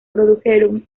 produjeron